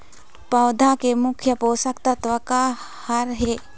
पौधा के मुख्य पोषकतत्व का हर हे?